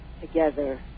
together